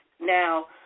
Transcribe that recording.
Now